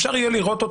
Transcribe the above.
אפשר יהיה לראות אותם,